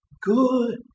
good